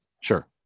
Sure